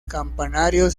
campanario